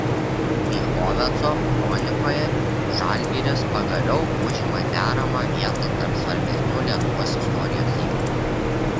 bychoveco kronikoje žalgiris pagaliau užima deramą vietą tarp svarbesnių lietuvos istorijos įvykių